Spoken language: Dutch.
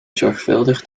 zorgvuldig